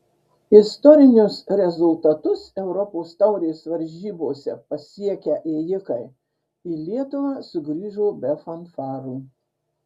istorinius rezultatus europos taurės varžybose pasiekę ėjikai į lietuvą sugrįžo be fanfarų